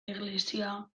iglesia